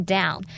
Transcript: Down